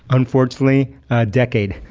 unfortunately, a decade.